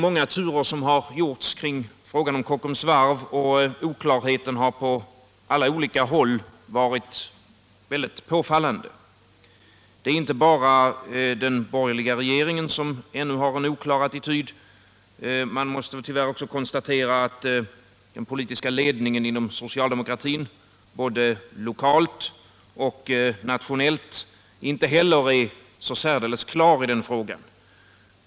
Många turer har gjorts kring frågan om Kockums varv, och oklarheten har på alla håll varit mycket påfallande. Det är inte bara den borgerliga regeringen som fortfarande har en oklar attityd i denna fråga. Tyvärr måste man också konstatera att inte heller attityden hos den politiska ledningen inom socialdemokratin, vare sig lokalt eller nationellt, är särdeles klar.